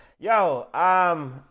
Yo